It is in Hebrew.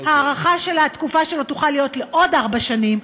הארכה של תקופה הכהונה שלו תוכל להיות בארבע שנים,